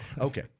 Okay